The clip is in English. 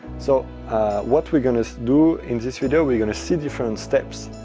so what we're going to do in this video, we're going to see different steps,